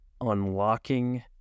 unlocking